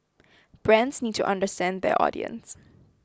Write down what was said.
brands need to understand their audience